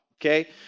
okay